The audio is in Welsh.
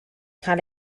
cael